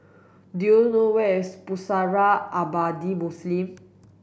do you know where is Pusara Abadi Muslim